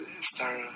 star